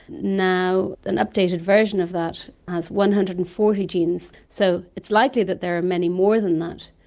now an updated version of that has one hundred and forty genes. so it's likely that there are many more than that,